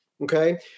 Okay